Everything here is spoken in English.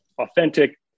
authentic